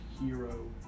hero